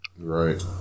Right